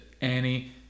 Annie